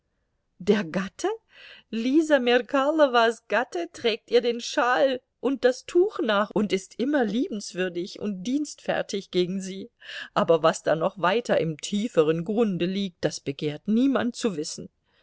der gatte lisa merkalowas gatte trägt ihr den schal und das tuch nach und ist immer liebenswürdig und dienstfertig gegen sie aber was da noch weiter im tieferen grunde liegt das begehrt niemand zu wissen